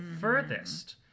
furthest